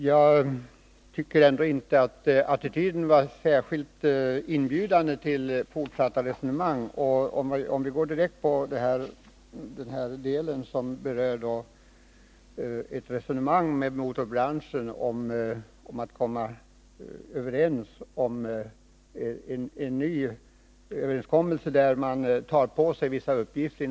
Jag tycker ändå inte att attityden till fortsatta resonemang var särskilt inbjudande, om vi går direkt på den del som berör resonemang med motorbranschen för att försöka nå en överenskommelse, där branschen skulle ta på sig vissa uppgifter.